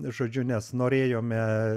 žodžiu nes norėjome